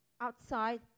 outside